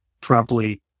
properly